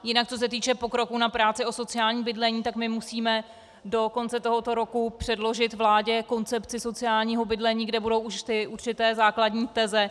Jinak co se týče pokroku na práci o sociálním bydlení, tak my musíme do konce tohoto roku předložit vládě koncepci sociálního bydlení, kde budou už určité základní teze.